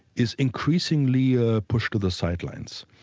is increasingly ah pushed to the sidelines.